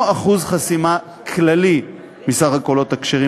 אחוז חסימה כללי מסך הקולות הכשרים,